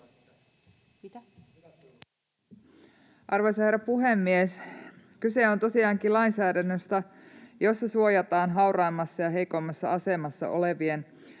Arvoisa herra puhemies! Kyse on tosiaankin lainsäädännöstä, jossa suojataan hauraimmassa ja heikoimmassa asemassa olevien